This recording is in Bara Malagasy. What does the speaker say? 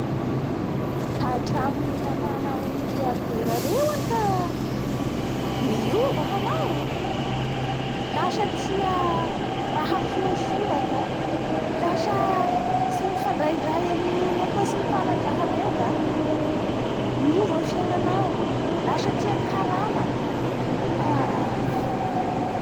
Hatramin'ny ninamanao amin'ny milliardera reo any ka niova hanao llasa tia raha soasoa ka lasa tsy mifandraindray amin'ny olo akotry ny mpanandraha reo ka miova ny fiegnanao lasa tia nikarama haaaa.